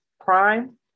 prime